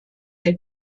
der